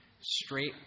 Straight